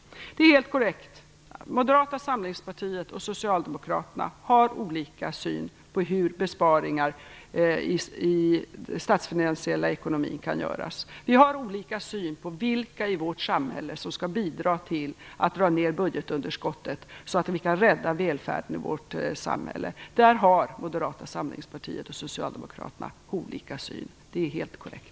Det är helt korrekt att Moderata samlingspartiet och Socialdemokraterna har olika syn på hur besparingar i statsfinanserna kan göras. Vi har olika syn på vilka i vårt samhälle som skall bidra till att få ned budgetunderskottet, så att vi kan rädda välfärden i vårt samhälle. Där har Moderata samlingspartiet och Socialdemokraterna olika syn, det är helt korrekt.